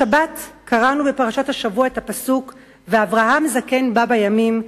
השבת קראנו בפרשת השבוע את הפסוק "ואברהם זקן בא בימים,